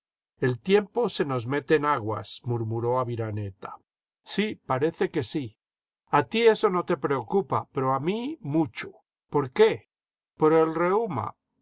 el tiempo se nos mete en aguas murmuró aviraneta sí parece que sí a ti eso no te preocupa pero a mí mucho por qué por el reúma